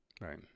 Right